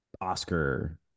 Oscar